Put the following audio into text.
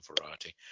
variety